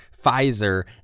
Pfizer